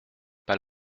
pas